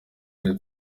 iri